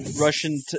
Russian